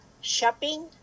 Shopping